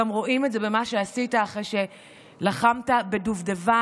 רואים את זה גם במה שעשית אחרי שלחמת בדובדבן.